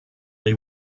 they